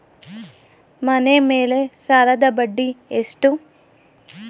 ಮನೆ ಮೇಲೆ ಸಾಲದ ಬಡ್ಡಿ ಎಷ್ಟು?